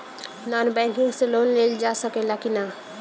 Non banking से loan लेल जा ले कि ना?